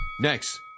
Next